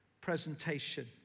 presentation